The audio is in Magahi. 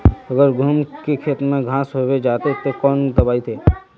अगर गहुम के खेत में घांस होबे जयते ते कौन दबाई दबे?